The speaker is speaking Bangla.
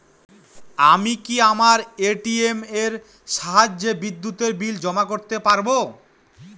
আমি কি আমার এ.টি.এম এর সাহায্যে বিদ্যুতের বিল জমা করতে পারব?